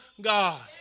God